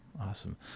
Awesome